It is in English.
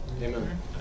Amen